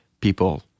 people